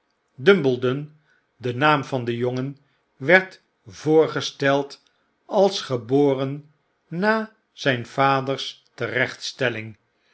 de naam van den jongen werd voorgesteld als geboren na zyns vaders terechtstelling